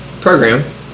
program